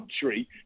country